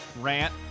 rant